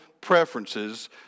preferences